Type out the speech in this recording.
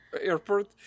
airport